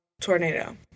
tornado